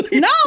No